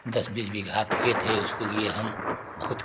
दस बीस बीघा खेत है उसको लिए हम खुद बहुत